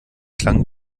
klang